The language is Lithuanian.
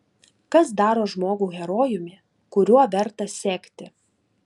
kas daro žmogų herojumi kuriuo verta sekti